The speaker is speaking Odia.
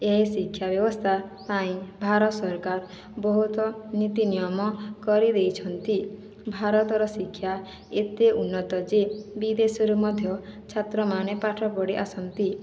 ଏ ଶିକ୍ଷା ବ୍ୟବସ୍ଥା ପାଇଁ ଭାରତ ସରକାର ବହୁତ ନୀତି ନିୟମ କରିଦେଇଛନ୍ତି ଭାରତର ଶିକ୍ଷା ଏତେ ଉନ୍ନତ ଯେ ବିଦେଶରୁ ମଧ୍ୟ ଛାତ୍ରମାନେ ପାଠପଢ଼ି ଆସନ୍ତି